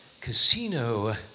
Casino